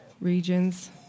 regions